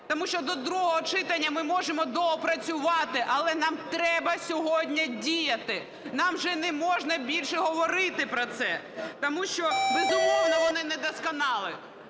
Тому що другого читання ми можемо доопрацювати, але нам треба сьогодні діяти. Нам вже не можна більше говорити про це. Тому що, безумовно, вони недосконалі.